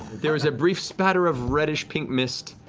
there is a brief spatter of reddish-pink mist,